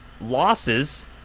losses